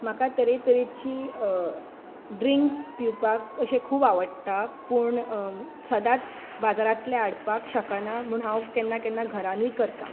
म्हाका तरे तरेचीं ड्रिंक्स पिवपाक अशें खूब आवडटा पूण सदांच बाजारातलें हाडपाक शकाना म्हूण हांव केन्ना केन्ना घरानूय करता